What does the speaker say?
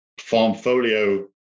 Farmfolio